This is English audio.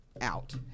out